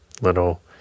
little